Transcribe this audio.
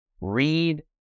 Read